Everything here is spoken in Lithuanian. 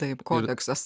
taip kodeksas